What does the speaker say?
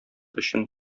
өчен